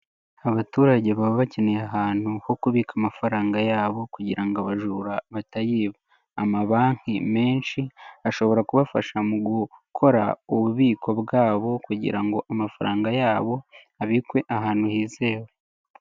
Abaturage baba bakeneye ahantu ho kubika amafaranga ya bo kugira ngo abajura batayiba. Amabanki menshi ashobora kubafasha mu gukora ububiko bwa bo kugira ngo amafaranga yabo abikwe ahantu hizewe.